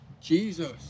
Jesus